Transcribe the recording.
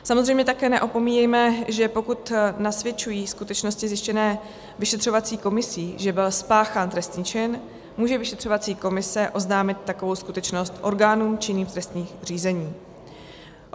Samozřejmě také neopomíjejme, že pokud nasvědčují skutečnosti zjištěné vyšetřovací komisí, že byl spáchán trestný čin, může vyšetřovací komise oznámit takovou skutečnost orgánům činných v trestních řízeních.